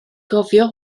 gofio